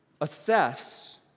assess